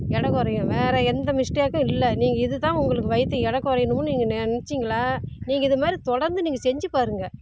எடை குறையும் வேற எந்த மிஸ்டேக்கும் இல்லை நீங்கள் இதுதான் உங்களுக்கு வைத்தியம் எடை குறையுணும்னு நீங்கள் நினச்சிங்களா நீங்கள் இதேமாதிரி தொடர்ந்து நீங்கள் செஞ்சு பாருங்கள்